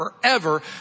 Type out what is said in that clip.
forever